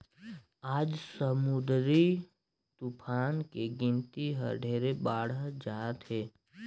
आज समुददरी तुफान के गिनती हर ढेरे बाढ़त जात हे